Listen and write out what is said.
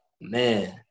man